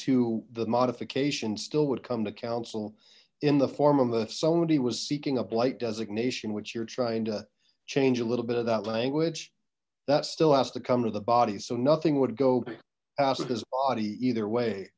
to the modification still would come to council in the form of the somebody was seeking a blight designation which you're trying to change a little bit of that language that still has to come to the body so nothing would go past his body either way